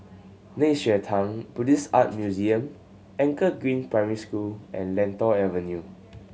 Nei Xue Tang Buddhist Art Museum Anchor Green Primary School and Lentor Avenue